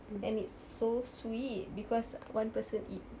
and it's so sweet because one person eat